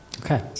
Okay